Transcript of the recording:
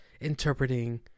interpreting